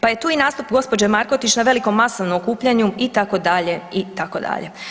Pa je tu i nastup gospođe Markotić na velikom masovnom okupljanju itd., itd.